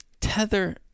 Tether